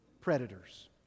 predators